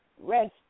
rest